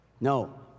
No